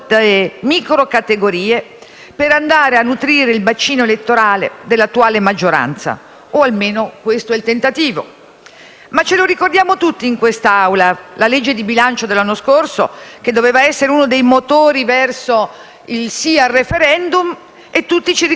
per andare a nutrire il bacino elettorale dell'attuale maggioranza, o almeno questo è il tentativo. Ce la ricordiamo tutti, in quest'Aula, la legge di bilancio dell'anno scorso, che doveva essere uno dei motori verso il sì al *referendum* e tutti ci ricordiamo poi com'è andata a finire.